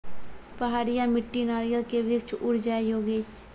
पहाड़िया मिट्टी नारियल के वृक्ष उड़ जाय योगेश?